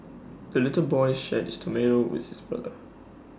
the little boy shared his tomato with his brother